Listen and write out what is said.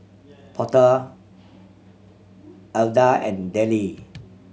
Porter Alda and Dellie